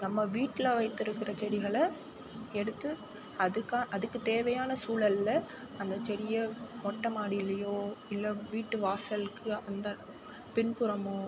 நம்ம வீட்டில் வைத்திருக்கிற செடிகளை எடுத்து அதுக்காக அதுக்கு தேவையான சூழலில் அந்த செடியை மொட்டை மாடியிலேயோ இல்லை வீட்டு வாசலுக்கு அந்த பின்புறமோ